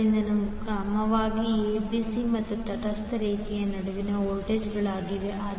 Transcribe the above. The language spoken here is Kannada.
ಆದ್ದರಿಂದ ಇವು ಕ್ರಮವಾಗಿ ಎಬಿಸಿ ಮತ್ತು ತಟಸ್ಥ ರೇಖೆಯ ನಡುವಿನ ವೋಲ್ಟೇಜ್ಗಳಾಗಿವೆ